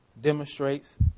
demonstrates